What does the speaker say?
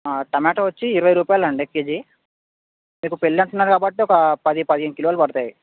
tomato వచ్చి ఇరవై రూపాయలు అండి కేజీ మీకు పెళ్ళి అంటున్నారు కాబట్టి ఒక పది పదిహేను కిలోలు పడతాయి